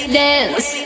dance